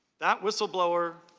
that whistle blower